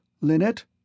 Linnet